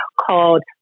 called